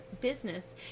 business